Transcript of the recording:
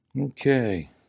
Okay